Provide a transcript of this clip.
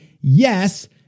yes